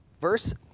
Verse